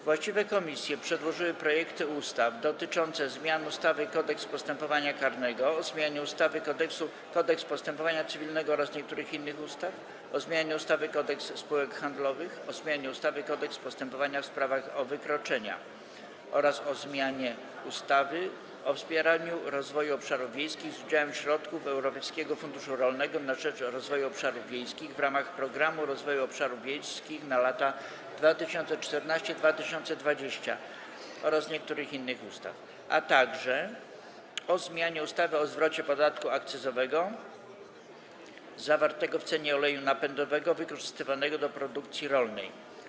Właściwe podmioty przedłożyły projekty ustaw: - dotyczące zmian ustawy Kodeks postępowania karnego, - o zmianie ustawy Kodeks postępowania cywilnego oraz niektórych innych ustaw, - o zmianie ustawy Kodeks spółek handlowych, - o zmianie ustawy Kodeks postępowania w sprawach o wykroczenia, - o zmianie ustawy o wspieraniu rozwoju obszarów wiejskich z udziałem środków Europejskiego Funduszu Rolnego na rzecz Rozwoju Obszarów Wiejskich w ramach Programu Rozwoju Obszarów Wiejskich na lata 2014–2020 oraz niektórych innych ustaw, - o zmianie ustawy o zwrocie podatku akcyzowego zawartego w cenie oleju napędowego wykorzystywanego do produkcji rolnej.